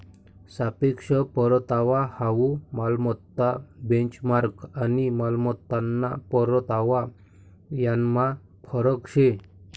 सापेक्ष परतावा हाउ मालमत्ता बेंचमार्क आणि मालमत्ताना परतावा यानमा फरक शे